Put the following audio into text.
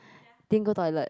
didn't go toilet